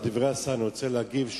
אני רוצה להגיב על דברי השר,